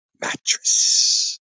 mattress